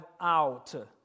out